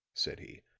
said he,